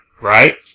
right